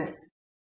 professor